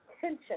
tension